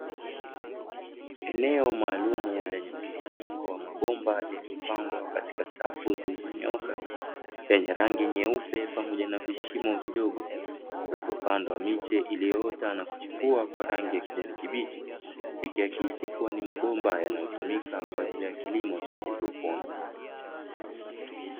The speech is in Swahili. Eneo maalumu lenye mkusanyiko wa mabomba yaliyopangwa katika safu zilizonyooka zenye rangi nyeupe pamoja na vishimo vidogo vilivyopandwa miche iliyoota na kuchipua kwa rangi ya kijani kibichi ikiakisi kuwa ni mabomba yanayotumika kwa ajili ya kilimo cha haidroponi.